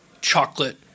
chocolate